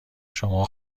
شما